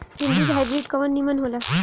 भिन्डी के हाइब्रिड कवन नीमन हो ला?